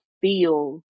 feel